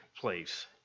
place